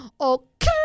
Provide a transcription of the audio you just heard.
Okay